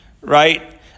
right